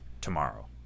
tomorrow